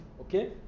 okay